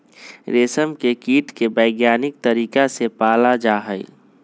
रेशम के कीट के वैज्ञानिक तरीका से पाला जाहई